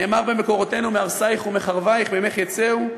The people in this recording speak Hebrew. נאמר במקורותינו "מהרסיך ומחרביך ממך יצאו",